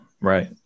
right